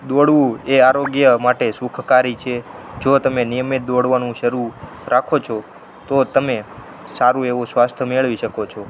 દોડવું એ આરોગ્ય માટે સુખકારી છે જો તમે નિયમિત દોડવાનું શરૂ રાખો છો તો તમે સારું એવું સ્વાસ્થ્ય મેળવી શકો છો